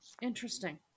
Interesting